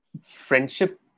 friendship